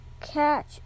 catch